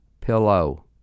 pillow